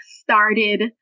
started